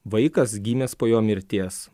vaikas gimęs po jo mirties